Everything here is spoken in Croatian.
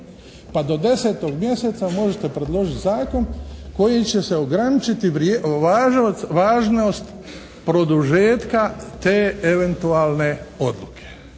Pa do 10. mjeseca možete predložiti zakon koji će se ograničiti važnost produžetka te eventualne odluke